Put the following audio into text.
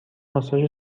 ماساژ